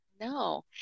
No